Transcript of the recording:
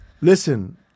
Listen